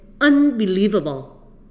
unbelievable